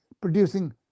producing